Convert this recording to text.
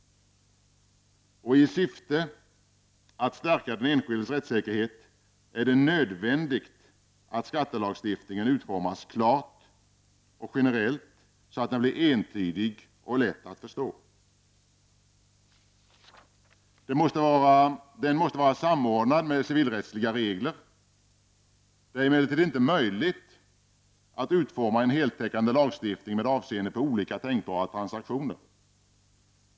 I syfte att stärka den enskildes rättssäkerhet är det nödvändigt att skatte lagstiftningen utformas klart och generellt, så att den blir entydig och lätt att förstå. Den måste vara samordnad med civilrättsliga regler. Det är emellertid inte möjligt att utforma en heltäckande lagstiftning med avseende på olika tänkbara transaktioner.